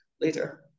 later